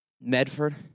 Medford